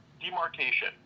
demarcation